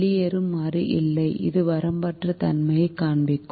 வெளியேறும் மாறி இல்லை அது வரம்பற்ற தன்மையைக் காண்பிக்கும்